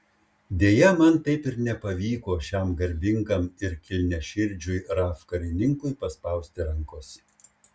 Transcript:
deja man taip ir nepavyko šiam garbingam ir kilniaširdžiui raf karininkui paspausti rankos